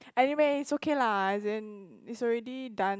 anyway it's okay lah as in it's already done